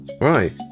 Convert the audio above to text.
right